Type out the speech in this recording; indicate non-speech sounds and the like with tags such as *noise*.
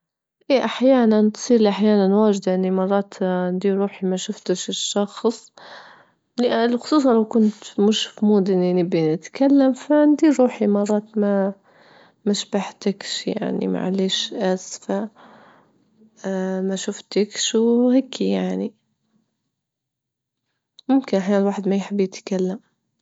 إيه أحيانا، تصير لي أحيانا واجد يعني مرات *hesitation* ندير روحي ما شفتش الشخص، خصوصا لو كنت مش في مود *noise* إني نبي نتكلم فندير روحي، مرات ما- ما شبحتكش، يعني ما عليش أسفة، ما شفتكش وهيكي يعني، ممكن أحيانا الواحد ما يحب يتكلم.